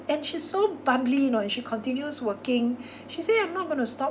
and she's so bubbly you know and she continues working she say I'm not gonna stop